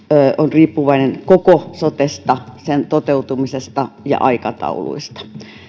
on riippuvainen koko sotesta sen toteutumisesta ja aikatauluista